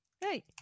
Hey